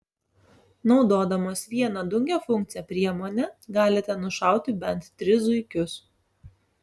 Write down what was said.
naudodamos vieną daugiafunkcę priemonę galite nušauti bent tris zuikius